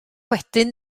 wedyn